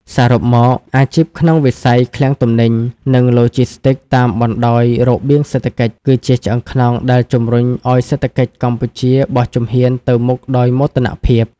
សរុបមក អាជីពក្នុងវិស័យឃ្លាំងទំនិញ និងឡូជីស្ទីកតាមបណ្ដោយរបៀងសេដ្ឋកិច្ច គឺជាឆ្អឹងខ្នងដែលជំរុញឱ្យសេដ្ឋកិច្ចកម្ពុជាបោះជំហានទៅមុខដោយមោទនភាព។